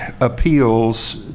appeals